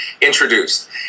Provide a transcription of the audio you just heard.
introduced